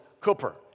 Cooper